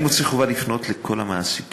אני מוצא חובה לפנות אל כל המעסיקים